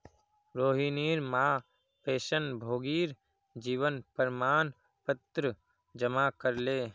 रोहिणीर मां पेंशनभोगीर जीवन प्रमाण पत्र जमा करले